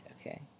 okay